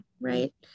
Right